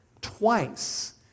twice